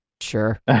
sure